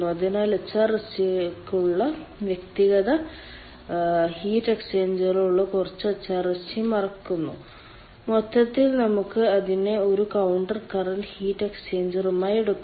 അതിനാൽ എച്ച്ആർഎസ്ജിക്കുള്ളിലെ വ്യക്തിഗത ഹീറ്റ് എക്സ്ചേഞ്ചറുകളെ കുറിച്ച് എച്ച്ആർഎസ്ജി മറക്കുന്നു മൊത്തത്തിൽ നമുക്ക് അതിനെ ഒരു കൌണ്ടർ കറന്റ് ഹീറ്റ് എക്സ്ചേഞ്ചറായി എടുക്കാം